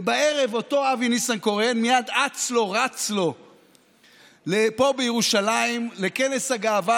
ובערב אותו אבי ניסנקורן מייד אץ לו רץ לו פה בירושלים לכנס הגאווה,